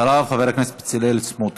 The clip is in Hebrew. אחריו, חבר הכנסת בצלאל סמוטריץ.